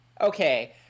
Okay